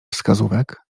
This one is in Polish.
wskazówek